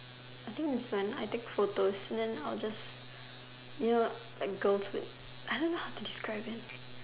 I think is when I take photos then I'll just you know like girls would I don't know how to describe it